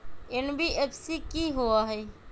NBFC कि होअ हई?